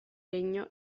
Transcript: regno